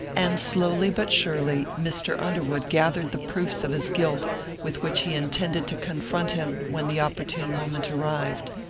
and slowly, but surely, mr. underwood gathered the proofs of his guilt with which he intended to confront him when the opportune moment arrived.